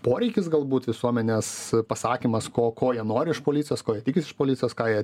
poreikis galbūt visuomenės pasakymas ko ko jie nori iš policijos ko jie tikisi iš policijos ką jie